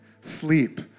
sleep